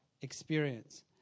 experience